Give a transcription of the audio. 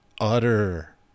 utter